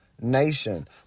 nation